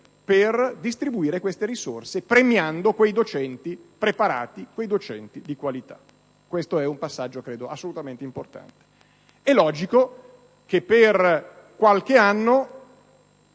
per distribuire queste risorse premiando i docenti preparati e di qualità. Questo è un passaggio assolutamente importante. È logico che per qualche anno